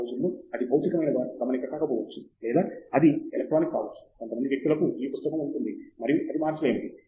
ఈ రోజుల్లో అది భౌతికమైన గమనిక కాకపోవచ్చు లేదా అది ఎలక్ట్రానిక్ కావచ్చు కొంతమంది వ్యక్తులకు ఇ పుస్తకం ఉంటుంది మరియు అది మార్చలేనిది